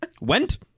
Went